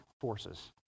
forces